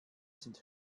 sind